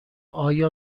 آیا